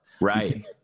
Right